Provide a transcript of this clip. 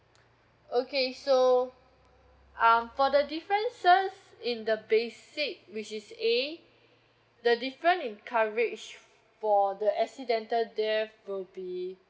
okay so um for the differences in the basic which is A the different in coverage for the accidental there will be